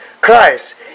Christ